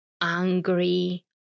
angry